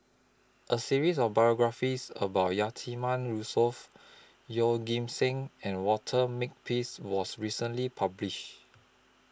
A series of biographies about Yatiman Yusof Yeoh Ghim Seng and Walter Makepeace was recently published